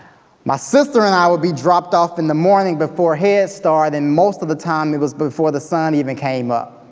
my sister and i would be dropped off in the morning before head start, and most of the time, it was before the sun even came up.